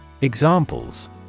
Examples